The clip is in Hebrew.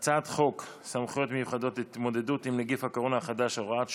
הצעת חוק סמכויות מיוחדות להתמודדות עם נגיף הקורונה החדש (הוראת שעה)